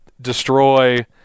destroy